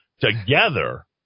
together